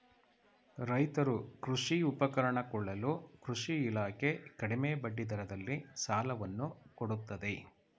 ರೈತರು ಕೃಷಿ ಉಪಕರಣ ಕೊಳ್ಳಲು ಕೃಷಿ ಇಲಾಖೆ ಕಡಿಮೆ ಬಡ್ಡಿ ದರದಲ್ಲಿ ಸಾಲವನ್ನು ಕೊಡುತ್ತದೆ